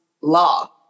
law